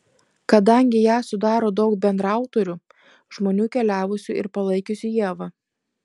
kadangi ją sudaro daug bendraautorių žmonių keliavusių ir palaikiusių ievą